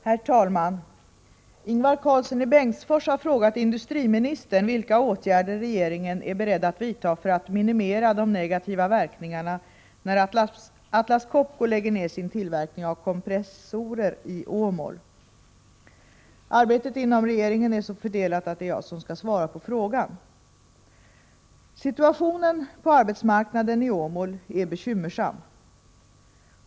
Herr talman! Ingvar Karlsson i Bengtsfors har frågat industriministern vilka åtgärder regeringen är beredd att medverka till för att minimera de negativa verkningarna när Atlas Copco lägger ned sin tillverkning av kompressorer i Åmål. Arbetet inom regeringen är så fördelat att det är jag som skall svara på frågan. Situationen på arbetsmarknaden i Åmål är bekymmersam.